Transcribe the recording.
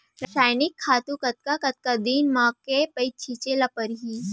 रसायनिक खातू कतका कतका दिन म, के पइत छिंचे ल परहि?